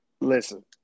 Listen